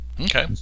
okay